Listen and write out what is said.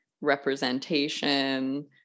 representation